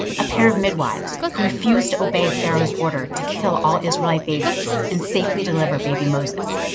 a pair of midwives who refused to obey pharaoh's order to kill all israelite babies and safely deliver baby moses,